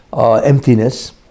emptiness